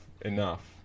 enough